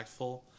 impactful